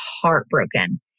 heartbroken